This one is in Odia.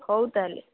ହଉ ତା'ହେଲେ